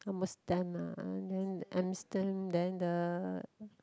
almost done ah and then amterm~ then the